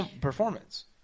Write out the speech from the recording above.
performance